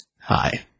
Hi